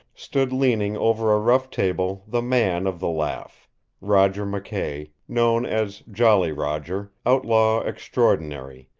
stood leaning over a rough table the man of the laugh roger mckay, known as jolly roger, outlaw extraordinary,